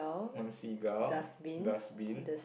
one sea gull dustbin